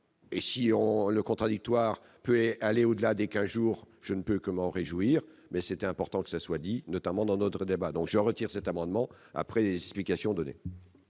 et si on le contradictoire, aller au-delà des 15 jours je ne peux comment réjouir mais c'était important que ce soit dit notamment dans notre débat, donc je retire cet amendement après fication donnée.